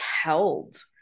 held